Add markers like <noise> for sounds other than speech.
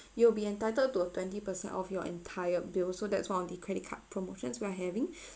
you'll be entitled to a twenty percent of your entire bill so that's one of the credit card promotions we are having <breath>